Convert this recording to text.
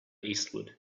eastward